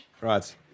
Right